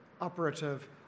operative